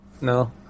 No